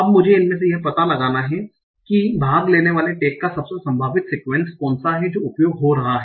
अब मुझे इनमें से यह पता लगाना है कि भाग लेने वाले टैग का सबसे संभावित सिक्यूएन्स कौन सा है जो उपयोग हो रहा है